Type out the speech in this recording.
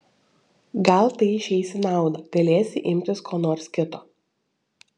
gal tai išeis į naudą galėsi imtis ko nors kito